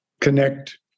connect